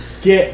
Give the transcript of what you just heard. Get